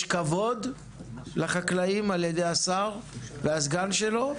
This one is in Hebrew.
יש כבוד לחקלאים על ידי השר והסגן שלו,